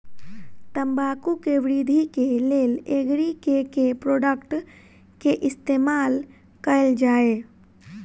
तम्बाकू केँ वृद्धि केँ लेल एग्री केँ के प्रोडक्ट केँ इस्तेमाल कैल जाय?